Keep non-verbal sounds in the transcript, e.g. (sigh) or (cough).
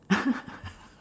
(laughs)